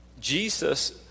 Jesus